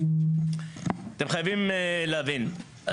אתם חייבים להבין,